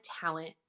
talent